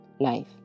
life